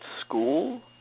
school